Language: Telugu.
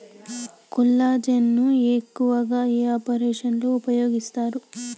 కొల్లాజెజేని ను ఎక్కువగా ఏ ఆపరేషన్లలో ఉపయోగిస్తారు?